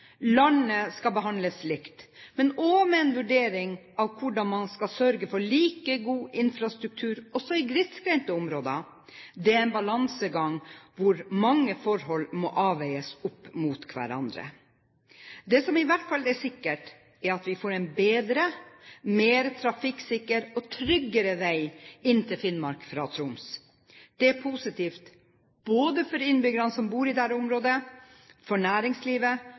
Landet skal behandles likt, men også med en vurdering av hvordan man skal sørge for like god infrastruktur også i grisgrendte områder. Det er en balansegang, hvor mange forhold må avveies opp mot hverandre. Det som i hvert fall er sikkert, er at vi får en bedre, mer trafikksikker og tryggere veg inn til Finnmark fra Troms. Det er positivt både for innbyggerne som bor i dette området, for næringslivet